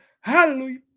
Hallelujah